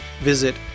visit